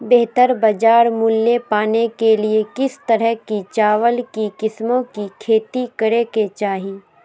बेहतर बाजार मूल्य पाने के लिए किस तरह की चावल की किस्मों की खेती करे के चाहि?